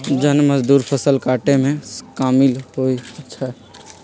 जन मजदुर फ़सल काटेमें कामिल होइ छइ